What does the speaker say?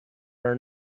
are